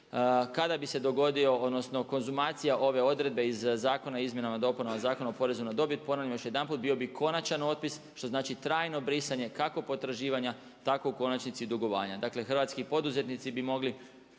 kada bi se dogodio odnosno konzumacija ove odredbe iz Zakona o izmjenama i dopunama Zakona o porezu na dobit, ponavljam još jedanput bio bi konačan otpis što znači trajno brisanje kako potraživanja, tako u konačnici i dugovanja. Dakle hrvatski poduzetnici bi mogli